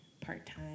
part-time